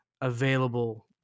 available